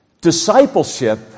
Discipleship